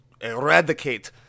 eradicate